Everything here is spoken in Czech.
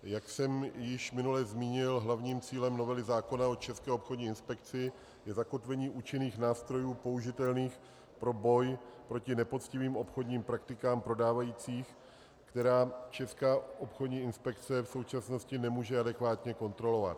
Jak jsem již minule zmínil, hlavním cílem novely zákona o České obchodní inspekci je zakotvení účinných nástrojů použitelných pro boj proti nepoctivým obchodním praktikám prodávajících, které Česká obchodní inspekce v současnosti nemůže adekvátně kontrolovat.